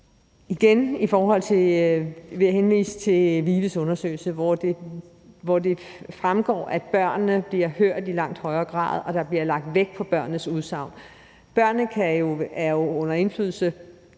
Igen vil jeg henvise til VIVE's undersøgelse, hvor det fremgår, at børnene bliver hørt i langt højere grad, og at der bliver lagt vægt på børnenes udsagn. Børnene er jo under indflydelse